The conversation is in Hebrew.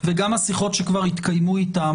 וגם השיחות שהתקיימו אתם,